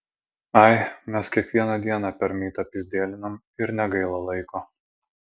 ai mes kiekvieną dieną per mytą pyzdėlinam ir negaila laiko